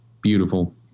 beautiful